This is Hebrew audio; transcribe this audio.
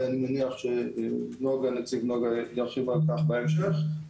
ואני מניח שנציג נגה ירחיב על כך בהמשך,